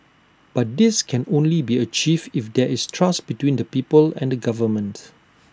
but this can only be achieved if there is trust between the people and the government